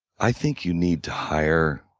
i think you need to hire